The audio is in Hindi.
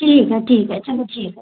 ठीक है ठीक है चलो ठीक है